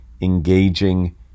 engaging